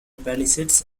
palisades